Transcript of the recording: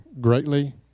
greatly